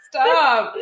Stop